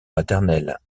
maternels